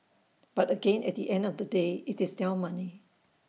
but again at the end of the day IT is their money